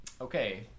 Okay